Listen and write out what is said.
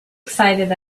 excited